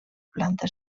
planta